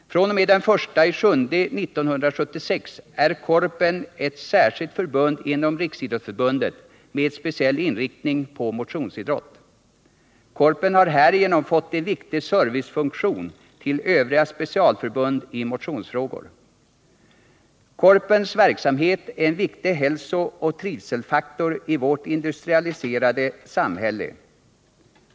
fr.o.m. den 1 juli 1976 är Korpen ett särskilt förbund inom Riksidrottsförbundet med speciell inriktning mot motionsidrott. Korpen har härigenom fått en viktig servicefunktion till övriga specialförbund i motionsfrågor. Korpens verksamhet är en viktig hälsooch trivselfaktor i vårt industrialiserade samhälle.